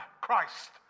Christ